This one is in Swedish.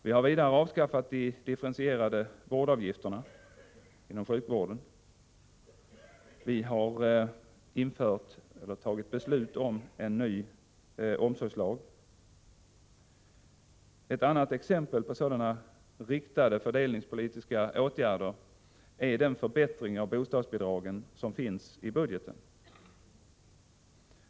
Vi har vidare avskaffat de differentierade vårdavgifterna inom sjukvården. Vi har fattat beslut om en ny omsorgslag. Ett annat exempel på sådana riktade fördelningspolitiska åtgärder är den förbättring av bostadsbidragen som finns i budgeten.